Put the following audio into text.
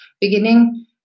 beginning